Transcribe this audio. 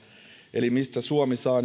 eli se mistä suomi saa